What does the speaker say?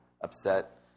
upset